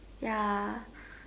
ya